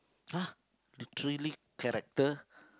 !huh! the three lead character